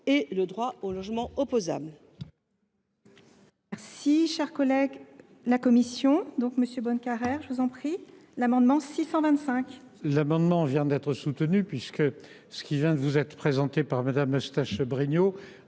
et le droit au logement opposable.